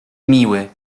miły